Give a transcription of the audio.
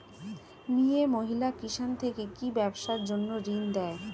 মিয়ে মহিলা কিষান থেকে কি ব্যবসার জন্য ঋন দেয়?